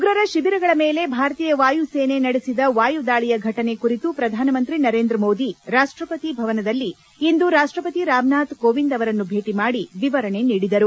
ಉಗ್ರರ ಶಿಬಿರಗಳ ಮೇಲೆ ಭಾರತೀಯ ವಾಯುಸೇನೆ ನಡೆಸಿದ ವಾಯುದಾಳಿಯ ಫಟನೆ ಕುರಿತು ಶ್ರಧಾನಿ ನರೇಂದ್ರಮೋದಿ ರಾಷ್ಷಪತಿ ಭವನದಲ್ಲಿಂದು ರಾಷ್ಷಪತಿ ರಾಮನಾಥ್ ಕೋವಿಂದ್ ಅವರನ್ನು ಭೇಟ ಮಾಡಿ ವಿವರಣೆ ನೀಡಿದರು